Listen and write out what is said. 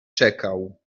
czekał